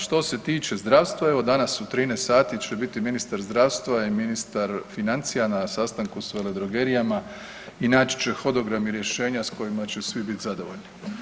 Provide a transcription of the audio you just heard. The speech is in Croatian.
Što se tiče zdravstva, evo danas u 13,00 sati će biti ministar zdravstva i ministar financija na sastanku s veledrogerijama i naći će hodogram i rješenja s kojima će svi bit zadovoljni.